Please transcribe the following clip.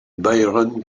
byron